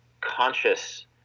conscious